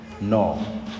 No